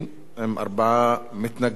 עם ארבעה מתנגדים.